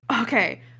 okay